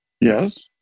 yes